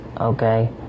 okay